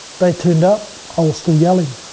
they turned up i was still yelling.